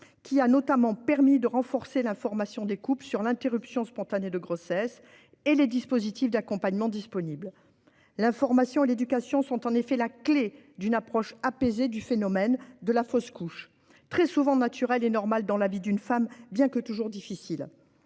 qui a notamment permis de renforcer l'information des couples sur l'interruption spontanée de grossesse et sur les dispositifs d'accompagnement disponibles. L'information et l'éducation sont en effet la clé d'une approche apaisée de la fausse couche, très souvent naturelle et normale dans la vie d'une femme, bien que toujours difficile.